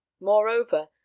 Moreover